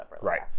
Right